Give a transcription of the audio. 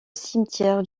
cimetière